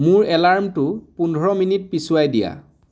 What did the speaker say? মোৰ এলাৰ্মটো পোন্ধৰ মিনিট পিছুৱাই দিয়া